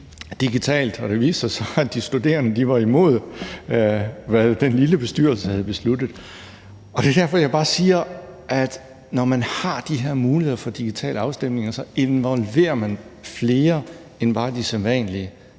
digitalt, og det viste sig så, at de studerende var imod, hvad den lille bestyrelse havde besluttet, og det er bare derfor, jeg siger, at man, når man har de her muligheder for digitale afstemninger, så involverer flere end bare de sædvanlige.